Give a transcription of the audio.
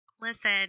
Listen